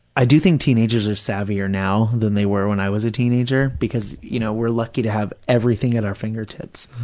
i do think teenagers are savvier now than they were when i was a teenager because, you know, we're lucky to have everything at our fingertips.